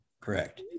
Correct